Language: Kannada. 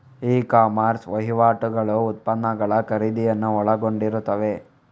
ಇ ಕಾಮರ್ಸ್ ವಹಿವಾಟುಗಳು ಉತ್ಪನ್ನಗಳ ಖರೀದಿಯನ್ನು ಒಳಗೊಂಡಿರುತ್ತವೆ